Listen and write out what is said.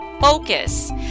focus